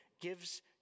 gives